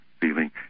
feeling